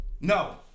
No